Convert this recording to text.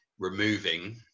removing